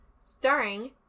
Starring